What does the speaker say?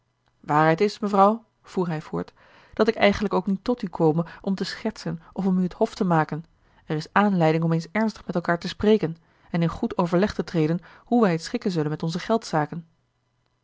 waarheid is mevrouw voer hij voort dat ik eigenlijk ook niet tot u kome om te schertsen of om u het hof te maken er is aanleiding om eens ernstig met elkaâr te spreken en in goed overleg te treden hoe wij het schikken zullen met onze